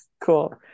cool